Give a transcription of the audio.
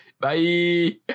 Bye